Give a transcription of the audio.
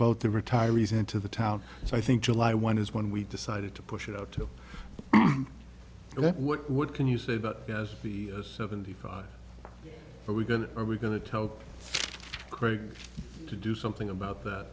both the retirees and to the town so i think july one is when we decided to push it out to that what what can you say about the seventy five are we going to are we going to tell craig to do something about that